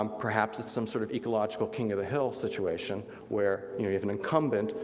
um perhaps it's some sort of ecological king of the hill situation where, you have an incumbent,